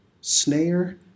snare